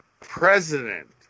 president